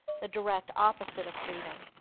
the direct opposite of freedom.